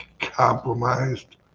compromised